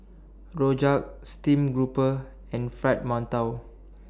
Rojak Steamed Grouper and Fried mantou